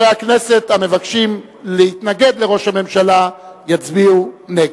וחברי הכנסת המבקשים להתנגד לראש הממשלה יצביעו נגד.